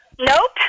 Nope